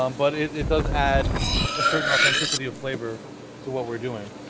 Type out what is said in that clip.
um but it it does add a certain authenticity of flavor to what we're doing